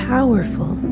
Powerful